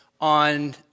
on